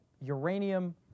uranium